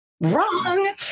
Wrong